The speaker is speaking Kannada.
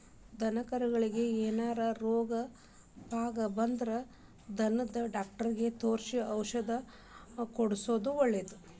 ದನಕರಗಳಿಗೆ ಏನಾರ ರೋಗ ಪಾಗ ಬಂದ್ರ ದನದ ಡಾಕ್ಟರಿಗೆ ತೋರಿಸಿ ಔಷಧ ಕೊಡ್ಸೋದು ಒಳ್ಳೆದ